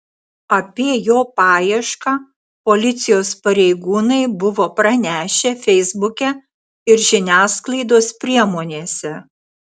apie jo paiešką policijos pareigūnai buvo pranešę feisbuke ir žiniasklaidos priemonėse